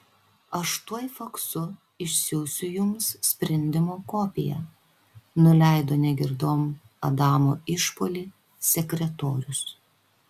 aš tuoj faksu išsiųsiu jums sprendimo kopiją nuleido negirdom adamo išpuolį sekretorius